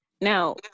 Now